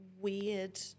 weird